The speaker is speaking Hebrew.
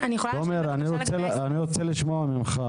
תומר, אני רוצה לשמוע ממך